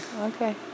Okay